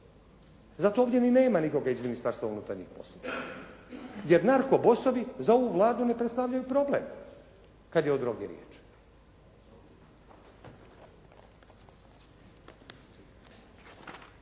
Zato ovdje ni nema nikoga iz Ministarstva unutarnjih poslova jer narko bosovi za ovu Vladu ne predstavljaju problem kad je o drogi riječ.